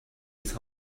his